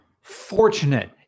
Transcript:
fortunate